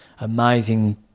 amazing